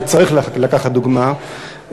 וצריך לקחת דוגמה,